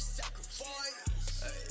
sacrifice